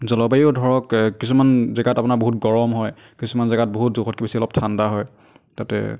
জলবায়ু ধৰক কিছুমান জেগাত আপোনাৰ বহুত গৰম হয় কিছুমান জাগাত বহুত জোখতকৈ বেছি অলপ ঠাণ্ডা হয় তাতে